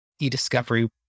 e-discovery